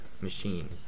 machine